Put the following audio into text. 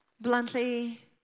bluntly